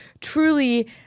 truly